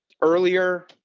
earlier